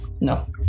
no